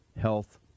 health